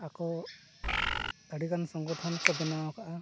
ᱟᱠᱚ ᱟᱹᱰᱤ ᱜᱟᱱ ᱥᱚᱝᱜᱚᱴᱷᱚᱱ ᱠᱚ ᱵᱮᱱᱟᱣ ᱟᱠᱟᱫᱼᱟ